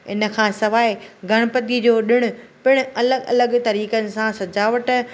इनखां सवाइ गणपतीअ जो ॾिणु पिणु अलॻि अलॻि तरीकनि सां सजावट